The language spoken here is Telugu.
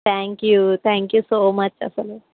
thank you thank you so much అసలు